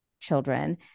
children